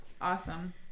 Awesome